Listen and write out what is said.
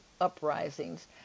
uprisings